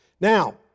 Now